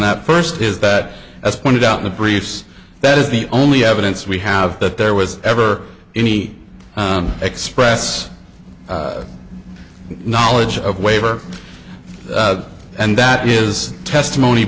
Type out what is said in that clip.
that first is that as pointed out the briefs that is the only evidence we have that there was ever any express knowledge of waiver and that is testimony